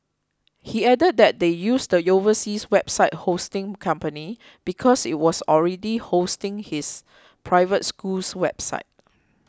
he added that they used the overseas website hosting company because it was already hosting his private school's website